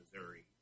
Missouri